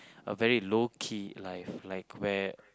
a very low key life like where